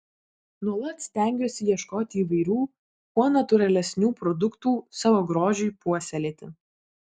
nuolat stengiuosi ieškoti įvairių kuo natūralesnių produktų savo grožiui puoselėti